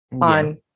On